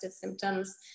symptoms